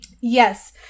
Yes